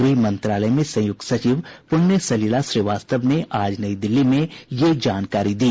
गृह मंत्रालय में संयुक्त सचिव पुण्य सलिला श्रीवास्तव ने आज नई दिल्ली मेंयह जानकारी दी